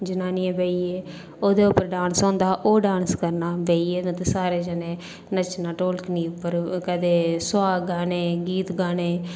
जनानियें बेहियै ओह्दे पर डांस होंदा हा ओह् डांस करना सारें जनें बेहियै नच्चना ढोलकियें पर कदें सुहाग गाने गीत गाने